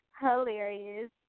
Hilarious